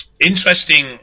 interesting